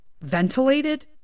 Ventilated